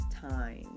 time